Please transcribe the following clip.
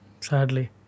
Sadly